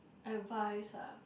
advice ah